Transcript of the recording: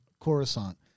Coruscant